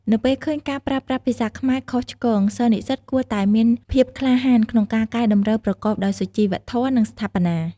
នៅពេលឃើញការប្រើប្រាស់ភាសាខ្មែរខុសឆ្គង សិស្សនិស្សិតគួរមានភាពក្លាហានក្នុងការកែតម្រូវប្រកបដោយសុជីវធម៌ និងស្ថាបនា។